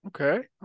Okay